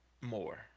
more